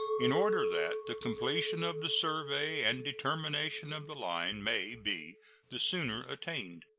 in order that the completion of the survey and determination of the line may be the sooner attained.